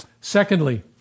Secondly